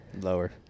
lower